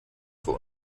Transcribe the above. für